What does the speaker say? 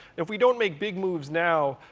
if we don't make big moves now,